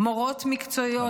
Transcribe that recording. מורות מקצועיות,